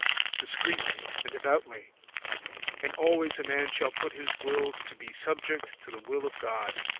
discreetly, and devoutly and always a man shall put his will to be subject to the will of god.